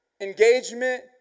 engagement